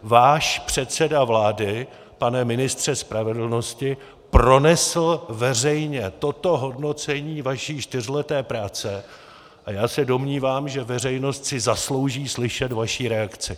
Váš předseda vlády, pane ministře spravedlnosti, pronesl veřejně toto hodnocení vaší čtyřleté práce a já se domnívám, že veřejnost si zaslouží slyšet vaši reakci.